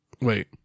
wait